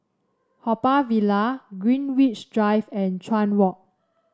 Haw Par Villa Greenwich Drive and Chuan Walk